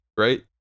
right